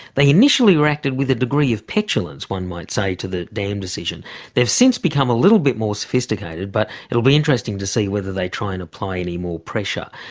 they initially reacted with a degree of petulance, one might say, to the dam decision they've since become a little bit more sophisticated, but it will be interesting to see whether they try and apply any more pressure.